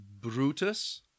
brutus